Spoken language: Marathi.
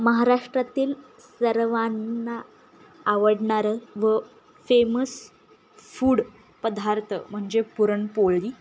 महाराष्ट्रातील सर्वांना आवडणारं व फेमस फूड पदार्थ म्हणजे पुरणपोळी